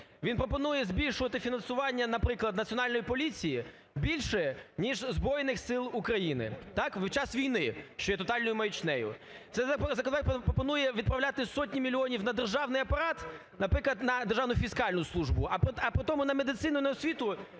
Він пропонує збільшувати фінансування, наприклад, Національної поліції більше ніж Збройних Сил України. Так, в час війни, що є тотальною маячнею. Цей законопроект пропонує відправляти сотні мільйонів на державний апарат, наприклад, на Державну фіскальну службу, а потім на медицину, на освіту